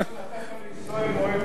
הוא חשב שנתת לישראל מועד ב'.